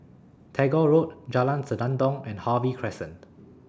Tagore Road Jalan Senandong and Harvey Crescent